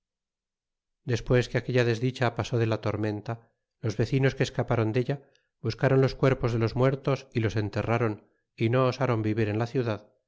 despues que aquella desdicha pasó de la tormenta los vecinos que escapron della buseron los cuerpos de los muertos é los enterrron y no osron vivir en la ciudad